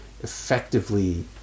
effectively